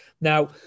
Now